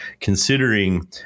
considering